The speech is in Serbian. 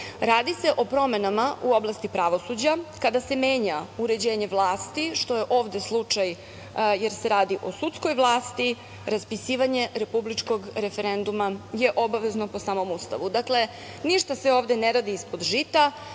radi se o promenama u oblasti pravosuđa kada se menja uređenje vlasti, što je ovde slučaj jer se radi o sudskoj vlasti, raspisivanje republičkog referenduma je obavezno po samom Ustavu. Dakle, ništa se ovde ne radi ispod žita,